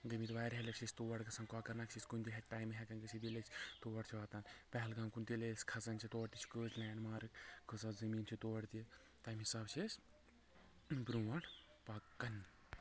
گٔمٕتۍ واریاہ لَٹہِ چھِ أسۍ تور گژھان کۄکَر ناگ چھِ أسۍ کُنہِ تہِ ٹایمہٕ ہٮ۪کان گٔژھِتھ بیٚیہِ ییٚلہِ أسۍ تور چھِ واتان پہلگام کُن تیٚلہِ أسۍ کھَسان چھِ تور تہِ چھِ کۭژ لینٛڈ مارٕک کۭژاہ زمیٖن چھِ تور تہِ تَمہِ حسابہٕ چھِ أسۍ برٛونٛٹھ پَکان